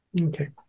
Okay